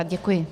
Děkuji.